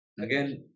again